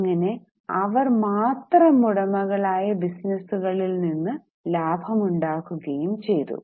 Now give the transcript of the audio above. അങ്ങനെ അവർ മാത്രം ഉടമകൾ ആയ ബിസിനസുകളിൽ നിന്ന് ലാഭം ഉണ്ടാക്കുകയും ചെയ്തു